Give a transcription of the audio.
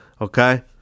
okay